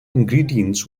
ingredients